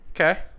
Okay